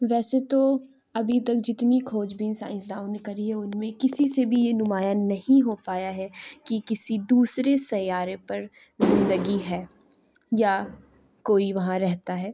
ویسے تو ابھی تک جتنی کھوج بین سائنسدانوں نے کری ہے اُن میں کسی سے بھی یہ نمایاں نہیں ہو پایا ہے کہ کسی دوسرے سیارے پر زندگی ہے یا کوئی وہاں رہتا ہے